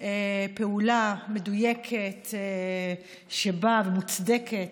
פעולה מדויקת ומוצדקת,